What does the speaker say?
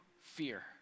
fear